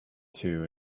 two